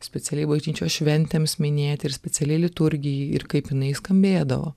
specialiai bažnyčios šventėms minėti ir specialiai liturgijai ir kaip jinai skambėdavo